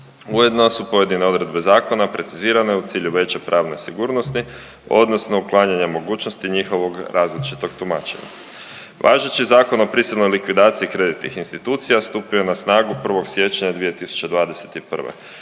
Ujedno su pojedine odredbe zakona precizirane u cilju veće pravne sigurnosti odnosno uklanjanja mogućnosti njihovog različitog tumačenja. Važeći Zakon o prisilnoj likvidaciji kreditnih institucija stupio je na snagu 1. siječnja 2021.